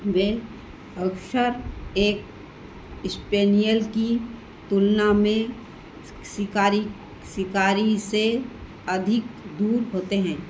वे अक्सर एक स्पैनियल की तुलना में शिकारी शिकारी से अधिक दूर होते हैं